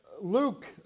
Luke